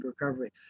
recovery